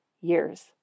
years